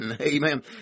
Amen